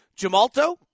Jamalto